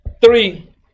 three